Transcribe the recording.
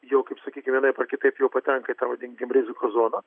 jau kaip sakykim vienaip ar kitaip jau patenka į tą vadinkim rizikos zoną